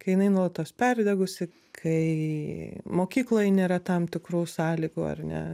kai jinai nuolatos perdegusi kai mokykloj nėra tam tikrų sąlygų ar ne